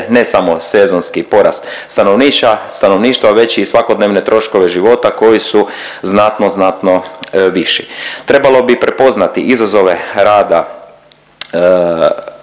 ne samo sezonski porast stanovnišća, stanovništva već i svakodnevne troškove života koji su znatno, znatno viši. Trebalo bi prepoznati izazove rada